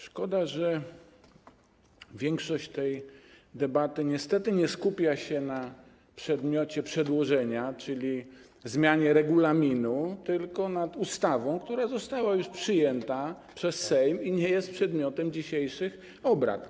Szkoda, że większość tej debaty niestety nie skupia się na przedmiocie przedłożenia, czyli zmianie regulaminu, tylko na ustawie, która została już przyjęta przez Sejm i nie jest przedmiotem dzisiejszych obrad.